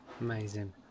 Amazing